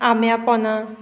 आम्या पोना